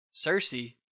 Cersei